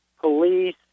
police